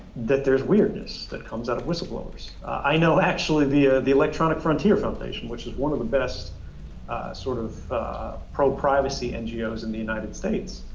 that there's weirdness that comes out of whistleblowers. i know actually the ah the electronic frontier foundation, which is one of the best sort of pro privacy ngos in the united states,